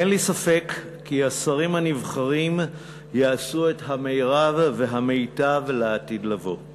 אין לי ספק כי השרים הנבחרים יעשו את המרב והמיטב לעתיד לבוא.